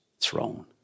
throne